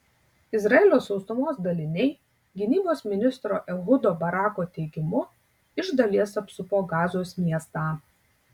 izraelio sausumos daliniai gynybos ministro ehudo barako teigimu iš dalies apsupo gazos miestą